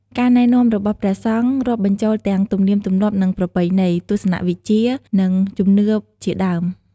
ការណែនាំរបស់ព្រះសង្ឃរាប់បញ្ចូលទាំង ទំនៀមទម្លាប់ និងប្រពៃណី ទស្សនៈវិជ្ជា និងជំនឿជាដើម។